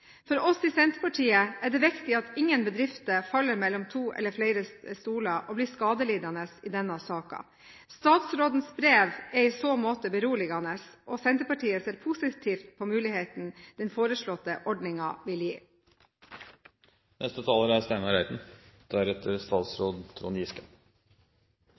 For oss i Senterpartiet er det viktig at ingen bedrifter faller mellom to, eller flere, stoler og blir skadelidende i denne saken. Statsrådens brev er i så måte beroligende, og Senterpartiet ser positivt på mulighetene den foreslåtte ordningen vil gi. Det er